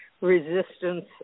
resistance